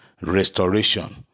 restoration